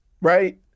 right